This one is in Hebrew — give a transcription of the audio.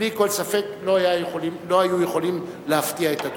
בלי כל ספק לא היו יכולים להפתיע את אדוני.